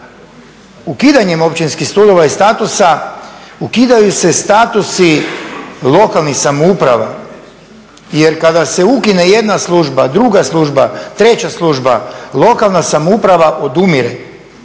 Ukidanjem općinskih sudova i statusa ukidaju se statusi lokalnih samouprava. Jer kada se ukine jedna služba, druga služba, treća služba, lokalna samouprava odumire.